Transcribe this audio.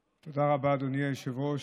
רבה, אדוני היושב-ראש.